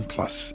Plus